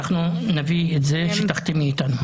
נביא את זה כדי שתחתמי אתנו.